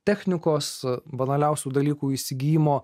technikos banaliausių dalykų įsigijimo